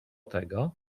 tego